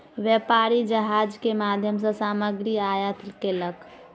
व्यापारी जहाज के माध्यम सॅ सामग्री आयात केलक